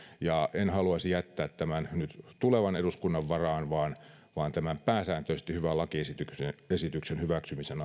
ja en haluaisi jättää tätä nyt tulevan eduskunnan varaan vaan vaan tämän pääsääntöisesti hyvän lakiesityksen hyväksymisen